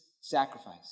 sacrifice